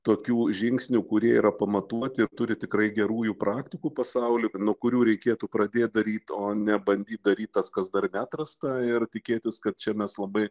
tokių žingsnių kurie yra pamatuoti ir turi tikrai gerųjų praktikų pasauly nuo kurių reikėtų pradėt daryt o ne bandyt daryt tas kas dar neatrasta ir tikėtis kad čia mes labai